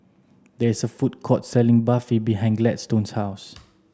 there is a food court selling Barfi behind Gladstone's house